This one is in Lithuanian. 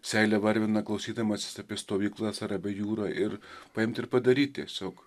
seilę varvina klausydamasis apie stovyklas ar apie jūrą ir paimt ir padaryt tiesiog